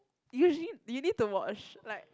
usually you need to watch like